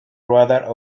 radar